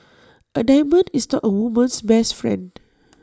A diamond is not A woman's best friend